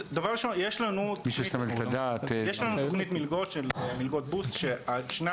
אז דבר ראשון יש לנו תוכנית מלגות שהן מלגות בוסט,